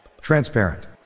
Transparent